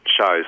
shows